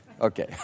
Okay